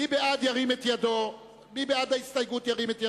מי בעד ההסתייגות, ירים את ידו.